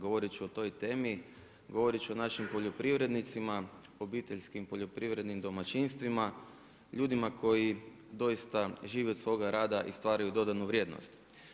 Govoreći o toj temi, govorit ću o našim poljoprivrednicima, obiteljskim poljoprivrednim domaćinstvima, ljudima koji doista žive od svoga rada i stvaraju dodanu vrijednost.